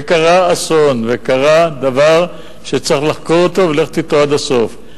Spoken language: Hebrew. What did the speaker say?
וקרה אסון וקרה דבר שצריך לחקור אותו וללכת אתו עד הסוף,